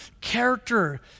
character